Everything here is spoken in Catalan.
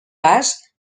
cas